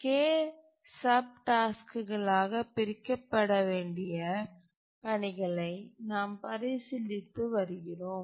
k sub டாஸ்க்குகளாக பிரிக்கப்பட வேண்டிய பணிகளை நாம் பரிசீலித்து வருகிறோம்